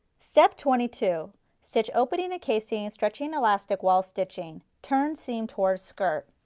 step twenty two stitch opening the casing, stretching elastic while stitching. turn seam towards skirt.